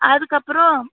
அதுக்கப்புறம்